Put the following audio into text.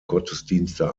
gottesdienste